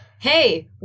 Hey